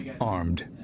armed